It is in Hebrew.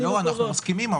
אנחנו מסכימים,